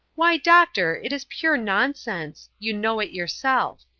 why, doctor, it is pure nonsense you know it yourself.